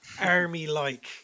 army-like